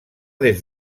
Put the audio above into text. des